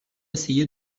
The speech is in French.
essayé